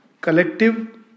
collective